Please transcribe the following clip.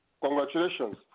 Congratulations